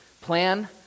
plan